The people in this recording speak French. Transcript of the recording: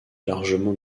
largement